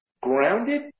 grounded